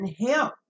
help